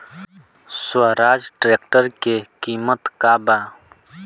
Swaraj tractor के किमत का बा?